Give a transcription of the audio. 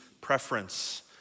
preference